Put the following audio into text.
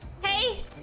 hey